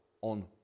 on